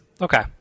Okay